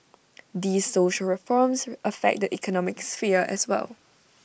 these social reforms affect the economic sphere as well